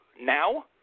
now